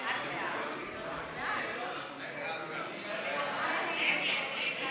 39), התשע"ז 2017, לוועדת החוקה, חוק ומשפט